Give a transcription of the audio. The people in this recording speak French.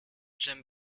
j’aime